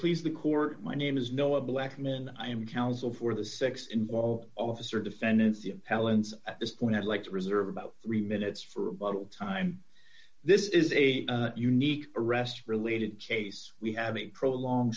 please the court my name is no a blackman i am counsel for the six in wall officer defendants palin's at this point i'd like to reserve about three minutes for a bottle time this is a unique arrest related case we have a prolong